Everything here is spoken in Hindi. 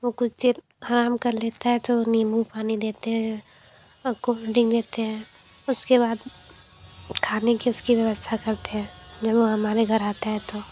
वह कुछ देर आराम कर लेता है तो नीम्बू पानी देते हैं और कोल्ड ड्रिंक देते हैं उसके बाद खाने की उसकी व्यवस्था करते हैं जब वह हमारे घर आता है तो